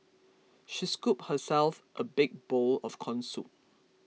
she scooped herself a big bowl of Corn Soup